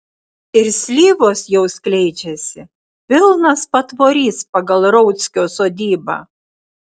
ir slyvos jau skleidžiasi pilnas patvorys pagal rauckio sodybą